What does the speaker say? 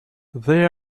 they